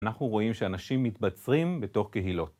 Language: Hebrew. אנחנו רואים שאנשים מתבצרים בתוך קהילות.